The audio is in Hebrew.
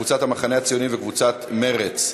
קבוצת המחנה הציוני וקבוצת מרצ,